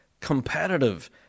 competitive